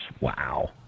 Wow